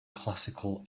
classical